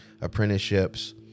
apprenticeships